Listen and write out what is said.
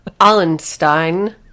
Allenstein